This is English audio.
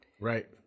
Right